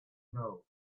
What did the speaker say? know